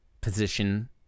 position